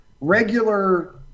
regular